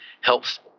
helps –